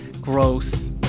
gross